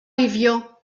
évian